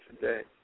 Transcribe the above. today